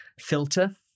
filter